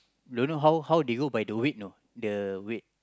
don't know how how they hold by the weight know the weight